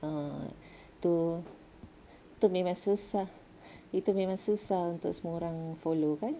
ah betul tu memang susah itu memang susah untuk semua orang follow kan